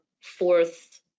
fourth